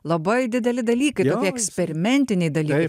labai dideli dalykai tokie eksperimentiniai dalykai